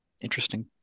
Interesting